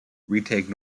retake